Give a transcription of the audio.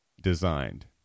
designed